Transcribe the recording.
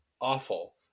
awful